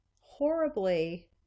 horribly